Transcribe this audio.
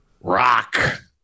Rock